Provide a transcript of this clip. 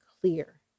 clear